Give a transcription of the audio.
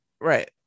right